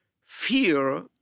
fear